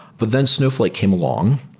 but then snowflake came along.